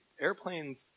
airplanes